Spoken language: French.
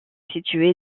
située